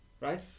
right